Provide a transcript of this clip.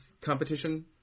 competition